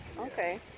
Okay